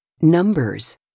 Numbers